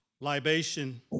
Libation